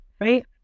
Right